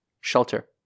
shelter